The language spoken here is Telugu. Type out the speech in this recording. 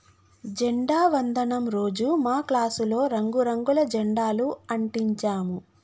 జెండా వందనం రోజు మా క్లాసులో రంగు రంగుల జెండాలు అంటించాము